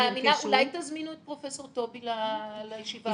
אולי תזמינו את פרופ' טובי לישיבה הבאה?